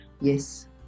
Yes